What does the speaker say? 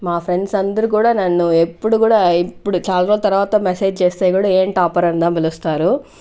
మా ఫ్రెండ్స్ అందరూ కూడా నన్ను ఎప్పుడు కూడా ఎప్పుడూ చాలా రోజుల తర్వాత మెసేజ్ చేస్తే కూడా ఏం టాపర్ అన్నా అని పిలుస్తారు